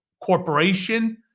corporation